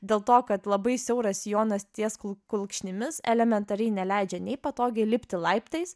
dėl to kad labai siauras sijonas ties kulkšnimis elementariai neleidžia nei patogiai lipti laiptais